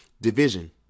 Division